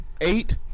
Eight